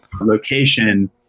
location